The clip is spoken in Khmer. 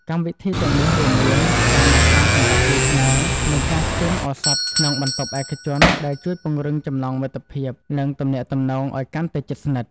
កម្មវិធីទាំងនោះរួមមានការម៉ាស្សាសម្រាប់គូស្នេហ៍ និងការស្ទីមឱសថក្នុងបន្ទប់ឯកជនដែលជួយពង្រឹងចំណងមិត្តភាព និងទំនាក់ទំនងឲ្យកាន់តែជិតស្និទ្ធ។